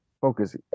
focus